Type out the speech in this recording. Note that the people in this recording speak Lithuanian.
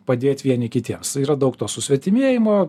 padėt vieni kitiems yra daug to susvetimėjimo